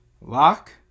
Lock